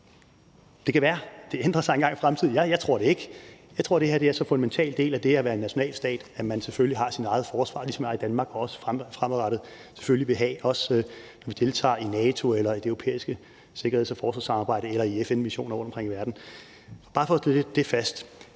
Det kan være, at det ændrer sig engang i fremtiden, men jeg tror det ikke. Jeg tror, det her er så fundamental en del af det at være en national stat, at man selvfølgelig har sit eget forsvar, ligesom vi har det i Danmark og selvfølgelig også vil have fremadrettet, når vi deltager i NATO eller i det europæiske sikkerheds- og forsvarssamarbejde eller i FN-missioner rundtomkring i verden. Det er bare for at slå det fast.